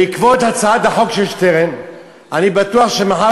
בעקבות הצעת החוק של שטרן אני בטוח שמחר